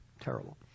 terrible